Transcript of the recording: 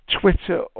Twitter